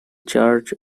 charge